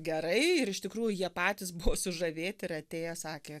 gerai ir iš tikrųjų jie patys buvo sužavėti ir atėję sakė